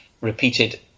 repeated